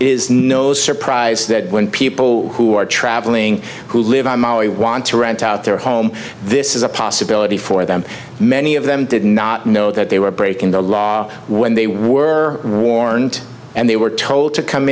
is no surprise that when people who are traveling who live on maui want to rent out their home this is a possibility for them many of them did not know that they were breaking the law when they were warned and they were told to come